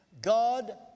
God